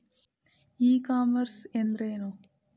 E commerce ಅಂದ್ರೇನು?